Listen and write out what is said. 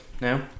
now